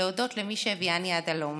להודות למי שהביאני עד הלום